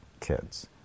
kids